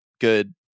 good